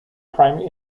primary